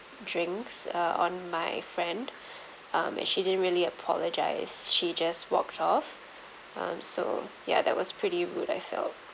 drinks uh on my friend um and she didn't really apologise she just walked off um so ya that was pretty rude I felt